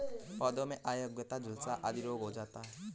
पौधों में अंगैयता, झुलसा आदि रोग हो जाता है